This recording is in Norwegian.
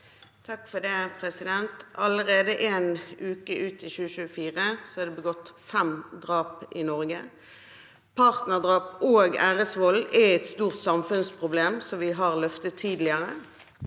(FrP) Allerede en uke ut i 2024 er det begått fem drap i Norge. Partnerdrap og æresvold er et stort samfunnsproblem som vi har løftet tidligere,